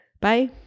Bye